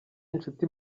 inshuti